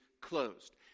closed